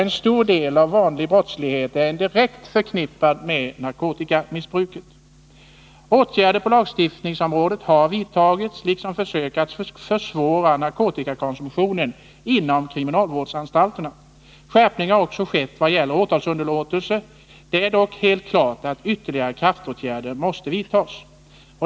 En stor del av den vanliga brottsligheten är direkt förknippad med narkotikamissbruket. Åtgärder på lagstiftningsområdet har vidtagits liksom försök att försvåra narkotikakonsumtionen inom kriminalvårdsanstalterna. Skärpning har också skett vad gäller åtalsunderlåtelse. Det är dock helt klart att ytterligare kraftåtgärder måste vidtagas.